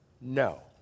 No